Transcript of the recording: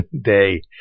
day